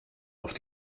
auf